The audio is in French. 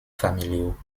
familiaux